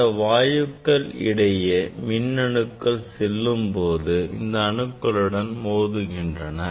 இந்த வாயுக்களின் இடையே மின்னணுக்கள் செல்லும்போது இதன் அணுக்களுடன் மோதுகின்றன